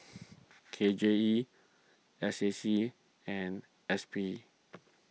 K J E S A C and S P